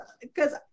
because-